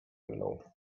mną